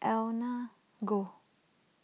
Ernest Goh